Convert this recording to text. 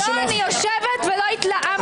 (קריאות) שאלתי שאלה ולא קיבלתי תשובה.